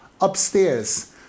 upstairs